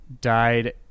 died